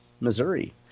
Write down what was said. Missouri